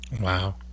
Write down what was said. Wow